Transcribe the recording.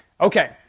Okay